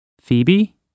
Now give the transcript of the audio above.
Phoebe